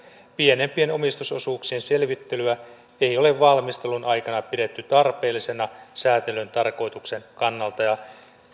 pienempien omistusosuuksien selvittelyä ei ole valmistelun aikana pidetty tarpeellisena sääntelyn tarkoituksen kannalta